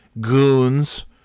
goons